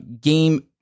Game